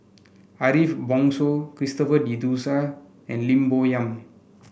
Ariff Bongso Christopher De Souza and Lim Bo Yam